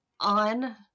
on